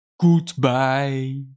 Goodbye